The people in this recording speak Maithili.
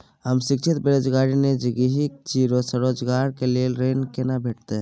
हम शिक्षित बेरोजगार निजगही छी, स्वरोजगार के लेल ऋण केना भेटतै?